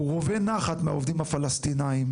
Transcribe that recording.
הוא רווה נחת מהעובדים הפלסטינים.